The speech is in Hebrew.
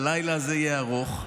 הלילה הזה יהיה ארוך,